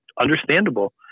Understandable